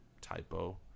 typo